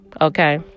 Okay